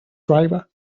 driver